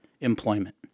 employment